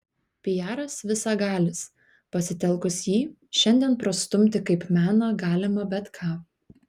piaras visagalis pasitelkus jį šiandien prastumti kaip meną galima bet ką